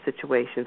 situations